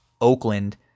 Oakland